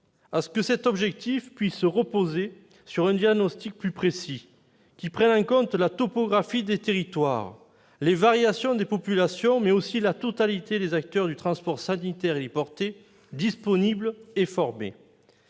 à ce que cet objectif puisse reposer sur un diagnostic plus précis, prenant en compte la topographie des territoires, les variations de populations, mais aussi la totalité des acteurs du transport sanitaire héliporté, disponible et formé.